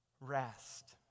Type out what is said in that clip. Rest